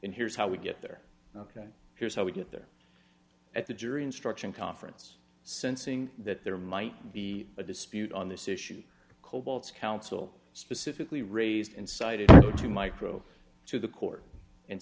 and here's how we get there ok here's how we get there at the jury instruction conference sensing that there might be a dispute on this issue cobalts council specifically raised and cited to micro to the court and